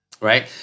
right